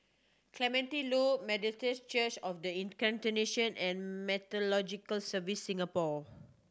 Clementi Loop Methodist Church Of The Incarnation and Meteorological Services Singapore